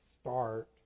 start